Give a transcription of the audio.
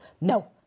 No